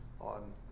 on